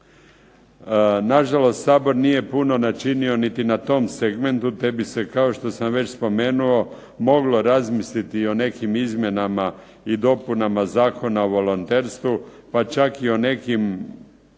Na žalost Sabor nije puno načinio niti na tom segmentu, te bi se kao što sam već spomenuo moglo razmisliti i o nekim izmjenama i dopunama Zakona o volonterstvu, pa čak i o nekim